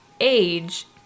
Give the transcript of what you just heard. age